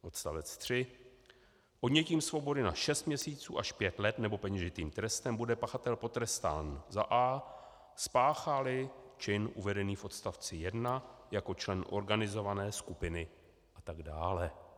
Odst. 3: Odnětím svobody na šest měsíců až pět let nebo peněžitým trestem bude pachatel potrestán a) spácháli čin uvedený v odst. 1 jako člen organizované skupiny, atd.